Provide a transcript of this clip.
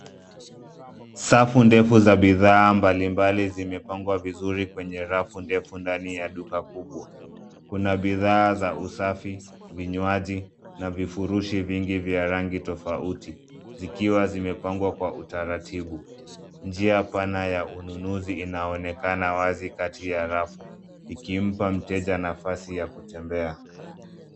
Safu ndefu za bidhaa mbalimbali zimepangwa vizuri kwenye rafu ndefu ndani ya duka kubwa. Kuna bidhaa za usafi, vinywaji na vifurushi vingi vya rangi tofauti, zikiwa zimepangwa kwa utaratibu. Njia pana ya ununuzi inaonekana wazi kati ya rafu ikimpa mteja nafasi ya kutembea.